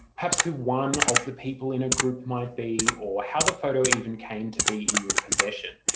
perhaps who one of the people in a group might be or how the photo even came to be in your possession.